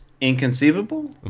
inconceivable